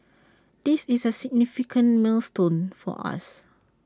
this is A significant milestone for us